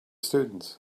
students